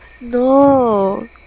No